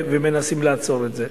ומנסים לעצור את זה.